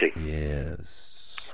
Yes